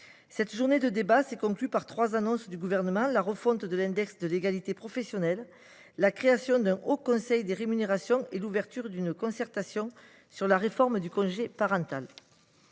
Cette journée de débats s’est conclue par trois annonces du Gouvernement : la refonte de l’index de l’égalité professionnelle, la création d’un haut conseil des rémunérations et l’ouverture d’une concertation portant sur la réforme du congé parental.